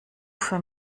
für